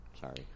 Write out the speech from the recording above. Sorry